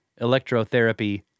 electrotherapy